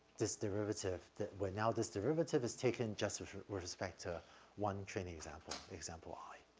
this derivative that when now this derivative is taken just with respect to one training example example i.